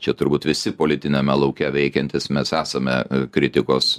čia turbūt visi politiniame lauke veikiantys mes esame kritikos